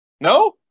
No